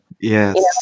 Yes